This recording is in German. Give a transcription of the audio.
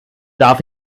darf